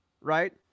right